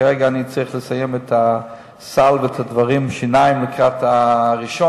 כרגע אני צריך לסיים את נושא הסל ואת נושא השיניים לקראת הראשון,